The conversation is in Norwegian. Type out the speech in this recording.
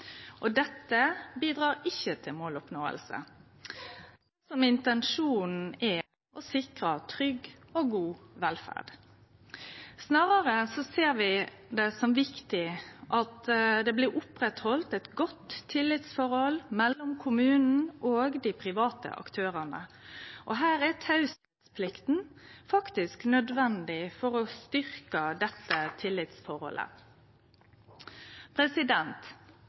fakta. Dette bidreg ikkje til å oppnå målet – dersom intensjonen er å sikre trygg og god velferd. Snarare ser vi det som viktig at eit godt tillitsforhold mellom kommunen og dei private aktørane blir halde ved lag, og her er teieplikta faktisk nødvendig for å styrkje dette